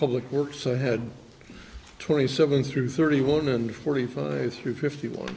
public works i had twenty seven through thirty one and forty five through fifty one